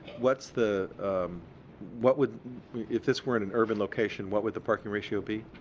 what's the what would if this were in an urban location what would the parking ratio be?